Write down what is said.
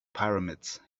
pyramids